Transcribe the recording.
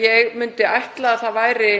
Ég myndi ætla að það væri